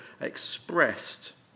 expressed